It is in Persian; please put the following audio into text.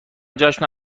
جشن